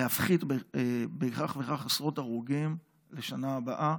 להפחית בכך וכך עשרות הרוגים לשנה הבאה.